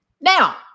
Now